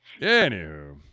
Anywho